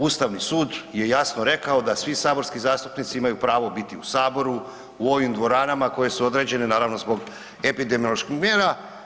Ustavni sud je jasno rekao da svi saborski zastupnici imaju pravo biti u Saboru u ovim dvoranama koje su određene naravno zbog epidemioloških mjera.